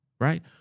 right